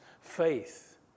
faith